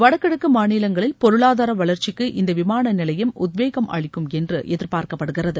வடகிழக்கு மாநிலங்களில் பொருளாதார வளர்ச்சிக்கு இந்த விமான நிலையம் உத்வேகம் அளிக்கும் என்று எதிர்பார்க்கப்படுகிறது